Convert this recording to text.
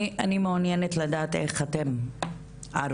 אני מעוניינת לדעת איך אתם ערוכים?